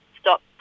stop